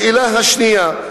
השאלה השנייה: